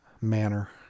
manner